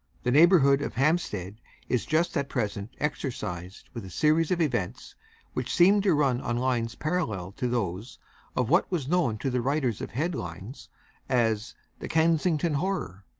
the neighbourhood of hampstead is just at present exercised with a series of events which seem to run on lines parallel to those of what was known to the writers of headlines as the kensington horror,